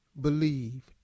believe